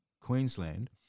Queensland